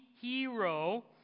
hero